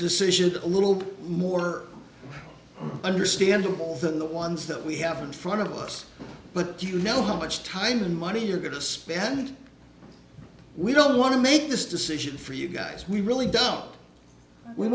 decision a little more understandable than the ones that we have in front of us but do you know how much time and money you're going to spend we don't want to make this decision for you guys we really doubt we